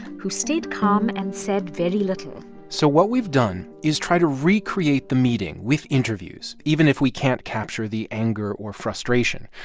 who stayed calm and said very little so what we've done is try to recreate the meeting with interviews, even if we can't capture the anger or frustration.